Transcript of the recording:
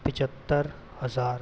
पचहत्तर हज़ार